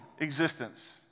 Existence